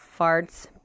farts